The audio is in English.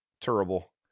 Terrible